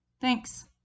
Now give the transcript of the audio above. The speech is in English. Thanks